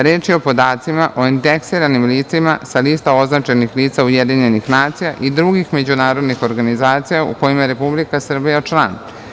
Reč je o podacima o indeksiranim licima sa lista označenih lica UN i drugih međunarodnih organizacija u kojima je Republika Srbija član.